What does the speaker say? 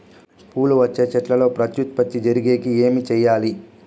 పూలు వచ్చే చెట్లల్లో ప్రత్యుత్పత్తి జరిగేకి ఏమి చేయాలి?